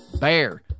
BEAR